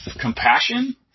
compassion